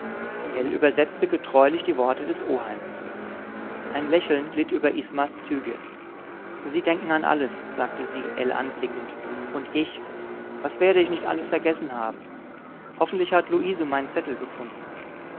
ell übersetzte getreulich die worte des oheims ein lächeln glitt über ismas züge sie denken an alles sagte sie ell anblickend und ich was werde ich nicht alles vergessen haben hoffentlich hat luise meinen zettel gefunden